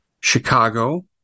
Chicago